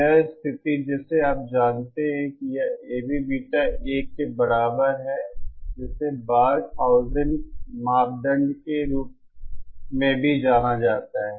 यह स्थिति जिसे आप जानते हैं कि यह AvBeta 1 के बराबर है इसे बार्कहाउज़ेन मापदंड के रूप में भी जाना जाता है